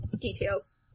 details